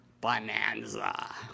bonanza